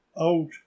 out